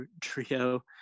trio